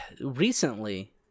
recently